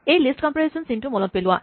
এই list comprehension চিনটো মনত পেলোৱা